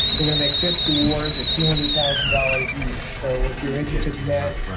we're going to make fifty awards at two hundred thousand dollars each, so if you're interested in that,